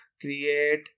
create